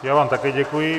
Já vám také děkuji.